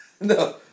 no